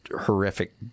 horrific